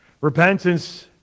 Repentance